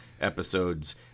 episodes